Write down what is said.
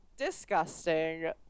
disgusting